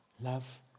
love